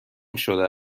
شده